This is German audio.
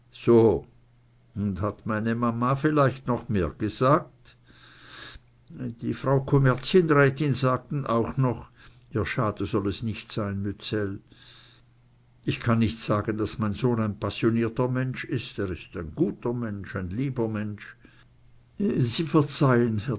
so und hat meine mama vielleicht noch mehr gesagt die frau kommerzienrätin sagten auch noch ihr schade soll es nicht sein mützell ich kann nicht sagen daß mein sohn ein passionierter mensch ist er ist ein guter mensch ein lieber mensch sie verzeihen